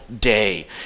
day